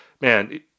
man